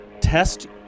Test